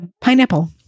Pineapple